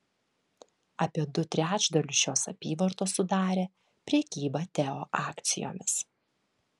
apie du trečdalius šios apyvartos sudarė prekyba teo akcijomis